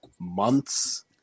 months